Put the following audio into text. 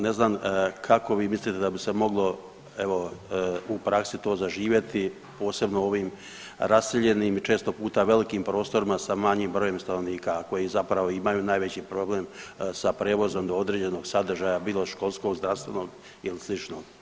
Ne znam kako vi mislite da bi se moglo evo u praksi to zaživjeti posebno u ovim raseljenim i često puta velikim prostorima sa manjim brojem stanovnika a koji zapravo imaju najveći problem sa prijevozom do određenog sadržaja bilo školskog, zdravstvenog ili sličnog.